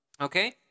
okay